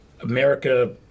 America